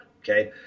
okay